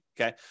Okay